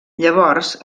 llavors